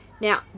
Now